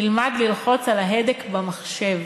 ילמד ללחוץ על ההדק במחשב,